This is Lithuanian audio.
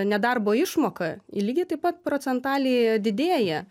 nedarbo išmoka lygiai taip pat procentaliai didėja